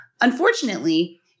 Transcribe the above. unfortunately